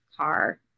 car